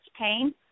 pain